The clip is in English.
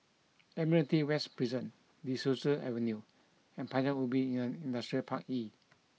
Admiralty West Prison De Souza Avenue and Paya Ubi Industrial Park E